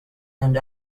and